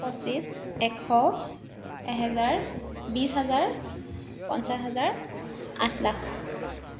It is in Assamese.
পঁচিছ এশ এহাজাৰ বিশ হাজাৰ পঁঞ্চাছ হাজাৰ আঠ লাখ